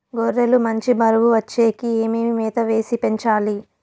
గొర్రె లు మంచి బరువు వచ్చేకి ఏమేమి మేత వేసి పెంచాలి?